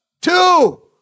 two